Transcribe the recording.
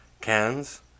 cans